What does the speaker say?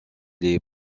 les